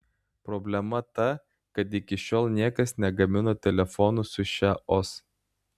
problema ta kad iki šiol niekas negamino telefonų su šia os